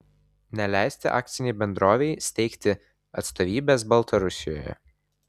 neleisti akcinei bendrovei steigti atstovybės baltarusijoje